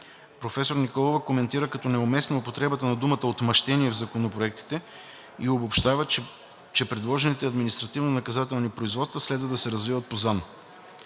Професор Николова коментира като неуместна употребата на думата отмъщение в законопроектите и обобщава, че предложените административнонаказателни производства следва да се развиват по